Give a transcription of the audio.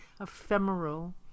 ephemeral